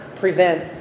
prevent